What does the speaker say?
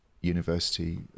university